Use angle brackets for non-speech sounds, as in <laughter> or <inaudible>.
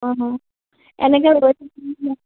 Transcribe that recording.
অঁ অঁ এনেকে <unintelligible>